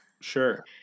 Sure